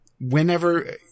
whenever